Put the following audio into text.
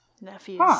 Nephews